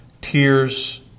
tears